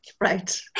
right